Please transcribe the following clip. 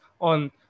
on